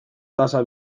tasa